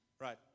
Right